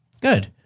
good